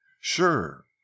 Sure